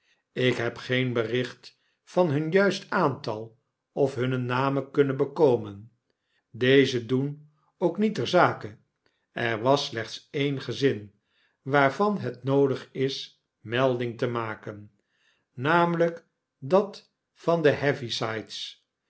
ik heb geen bericht van hun juist aantal of hunne namen kunnen bekomen deze doen ook niet ter zake er was slechts een gezin waarvan het noodig is melding te maken namelyk dat van de